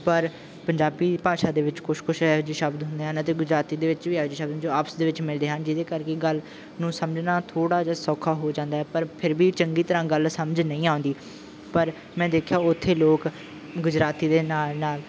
ਪਰ ਪੰਜਾਬੀ ਭਾਸ਼ਾ ਦੇ ਵਿੱਚ ਕੁਛ ਕੁਛ ਇਹੋ ਜਿਹੇ ਸ਼ਬਦ ਹੁੰਦੇ ਹਨ ਅਤੇ ਗੁਜਰਾਤੀ ਦੇ ਵਿੱਚ ਵੀ ਇਹੋ ਜਿਹੇ ਸ਼ਬਦ ਹੁੰਦੇ ਆ ਜੋ ਆਪਸ ਦੇ ਵਿੱਚ ਮਿਲਦੇ ਹਨ ਜਿਹਦੇ ਕਰਕੇ ਗੱਲ ਨੂੰ ਸਮਝਣਾ ਥੋੜ੍ਹਾ ਜਿਹਾ ਸੌਖਾ ਹੋ ਜਾਂਦਾ ਹੈ ਪਰ ਫਿਰ ਵੀ ਚੰਗੀ ਤਰ੍ਹਾਂ ਗੱਲ ਸਮਝ ਨਹੀਂ ਆਉਂਦੀ ਪਰ ਮੈਂ ਦੇਖਿਆ ਉੱਥੇ ਲੋਕ ਗੁਜਰਾਤੀ ਦੇ ਨਾਲ ਨਾਲ